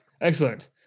excellent